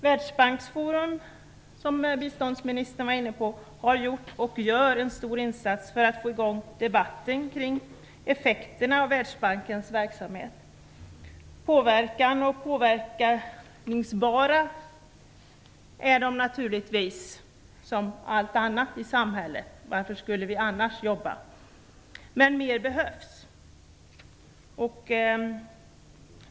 Världsbanksforum har, som biståndsministern var inne på, gjort och gör en stor insats för få igång debatten kring effekterna av Världsbankens verksamhet. De påverkar naturligtvis och är även påverkningsbara, som allt annat i samhället. Varför skulle vi annars jobba med detta? Men mer behövs.